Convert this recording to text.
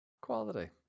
Quality